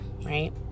right